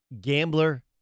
Gambler